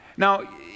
Now